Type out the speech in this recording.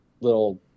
little